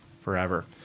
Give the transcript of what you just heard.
forever